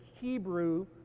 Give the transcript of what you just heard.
Hebrew